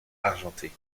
argentée